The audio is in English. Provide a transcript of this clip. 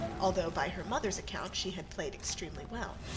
although by her mother's account, she had played extremely well,